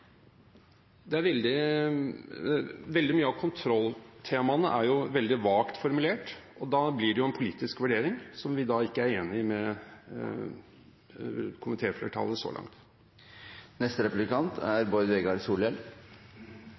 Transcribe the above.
gjelder statsskikken: Veldig mye i kontrolltemaene er veldig vagt formulert, og da blir det jo en politisk vurdering, som vi da ikke er enig med komitéflertallet i så langt.